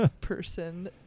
person